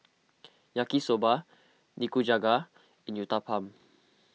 Yaki Soba Nikujaga and Uthapam